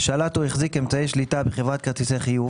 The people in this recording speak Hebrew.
שלט או החזיק אמצעי שליטה בחברת כרטיסי חיוב,